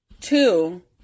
Two